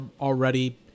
already